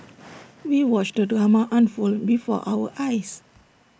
we watched the drama unfold before our eyes